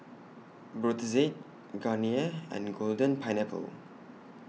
Brotzeit Garnier and Golden Pineapple